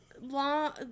long